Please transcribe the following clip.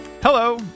Hello